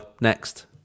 next